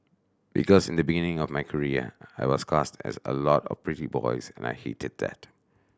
because in the beginning of my career I was cast as a lot of pretty boys and I hated that